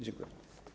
Dziękuję.